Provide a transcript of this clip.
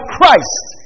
Christ